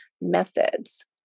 methods